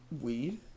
Weed